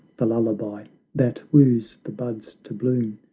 the lullaby that woos the buds to bloom,